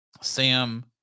Sam